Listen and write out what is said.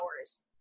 hours